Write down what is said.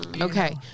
Okay